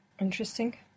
Interesting